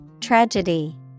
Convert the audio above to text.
Tragedy